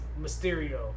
Mysterio